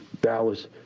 Dallas